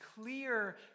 clear